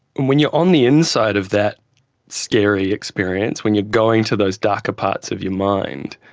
and when you're on the inside of that scary experience, when you're going to those darker parts of your mind,